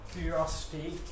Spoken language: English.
curiosity